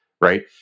right